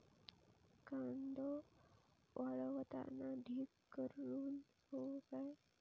कांदो वाळवताना ढीग करून हवो काय?